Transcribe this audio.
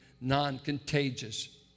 non-contagious